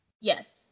Yes